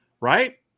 right